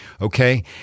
Okay